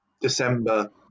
December